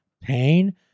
pain